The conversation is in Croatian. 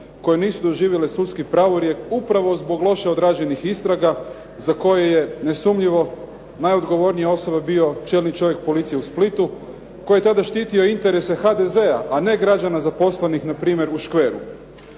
koje nisu doživjele sudski pravorijek upravo zbog loše odrađenih istraga za koje je nesumnjivo najodgovornija osoba bio čelni čovjek policije u Splitu, koji je tada štitio interese HDZ-a, a ne građana zaposlenih npr. u "Škveru".